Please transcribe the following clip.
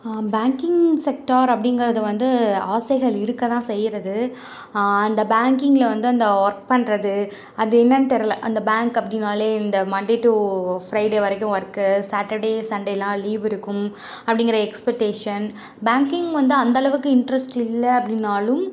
banking sector அப்படிங்கிறது வந்து ஆசைகள் இருக்க தான் செய்கிறது அந்த பேங்க்கிங்கில் வந்து அந்த ஒர்க் பண்றது அது என்னன் தெரில அந்த பேங்க் அப்படினாலே இந்த மண்டே டூ ஃப்ரைடே வரைக்கும் ஒர்க்கு சேட்டர்டே சண்டேலாம் லீவ் இருக்கும் அப்படிங்கிற எக்ஸ்பெக்டேஷன் பேங்க்கிங் வந்து அந்த அளவுக்கு இன்ட்ரஸ்ட் இல்லை அப்படின்னாலும்